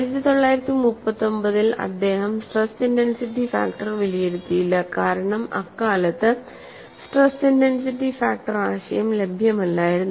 1939 ൽ അദ്ദേഹം stress intensity factor വിലയിരുത്തിയില്ല കാരണം അക്കാലത്ത് സ്ട്രെസ് ഇന്റൻസിറ്റി ഫാക്ടർ ആശയം ലഭ്യമല്ലായിരുന്നു